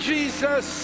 Jesus